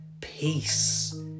Peace